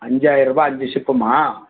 அஞ்சாயரூபா அஞ்சு சிப்புமா